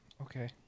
Okay